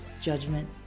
Judgment